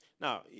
Now